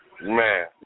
Man